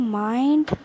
mind